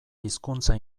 hizkuntza